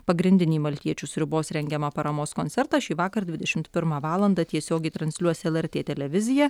pagrindinį maltiečių sriubos rengiamą paramos koncertą šįvakar dvidešimt pirmą tiesiogiai transliuos lrt televizija